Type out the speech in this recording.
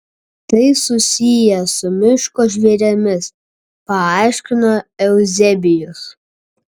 tai susiję su miško žvėrimis paaiškino euzebijus